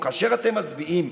או כאשר אתם מצביעים